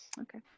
okay